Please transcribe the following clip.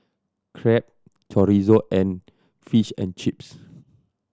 Crepe Chorizo and Fish and Chips